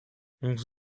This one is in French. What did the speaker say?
onze